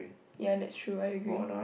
ya that's true I agree